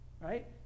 right